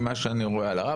ממה שאני רואה על הרב.